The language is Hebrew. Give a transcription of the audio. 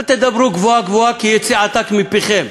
אל תדברו גבוהה-גבוהה כי יצא עתק מפיכם.